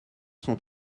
sont